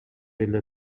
эле